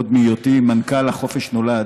עוד מהיותי מנכ"ל לחופש נולד,